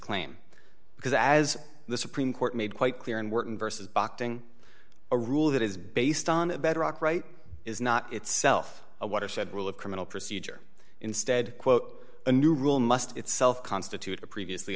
claim because as the supreme court made quite clear in working vs boxing a rule that is based on a bedrock right is not itself a watershed rule of criminal procedure instead quote a new rule must itself constitute a previously